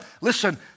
listen